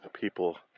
people